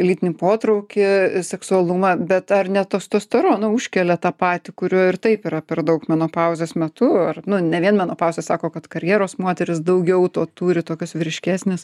lytinį potraukį seksualumą bet ar ne tostosterono užkelia tą patį kurio ir taip yra per daug menopauzės metu ar nu ne vien menopauzės sako kad karjeros moterys daugiau to turi tokios vyriškesnės